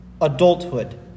adulthood